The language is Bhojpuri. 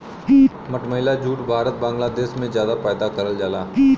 मटमैला जूट भारत बांग्लादेश में जादा पैदा करल जाला